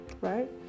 right